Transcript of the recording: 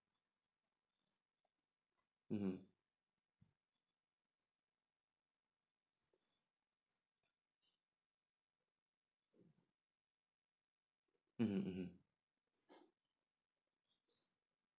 mmhmm mmhmm mmhmm